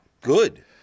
good